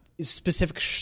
specific